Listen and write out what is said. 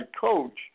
Coach